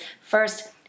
First